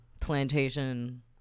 plantation